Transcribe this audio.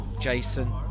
Jason